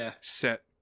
set